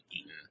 eaten